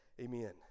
amen